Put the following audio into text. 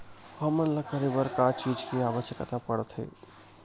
हमन ला करे बर का चीज के आवश्कता परथे?